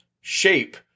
shape